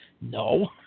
No